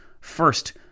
first